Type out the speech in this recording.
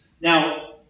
Now